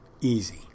Easy